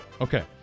Okay